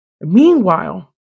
Meanwhile